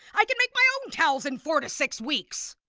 i can make my own towels in four to six weeks!